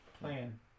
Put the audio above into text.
plan